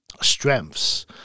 strengths